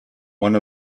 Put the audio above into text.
one